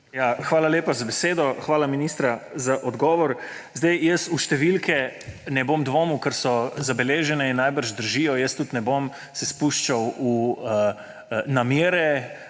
Hvala lepa za besedo. Hvala ministroma za odgovor. Jaz v številke ne bom dvomil, ker so zabeležene in verjetno držijo. Jaz se tudi ne bom spuščal v namere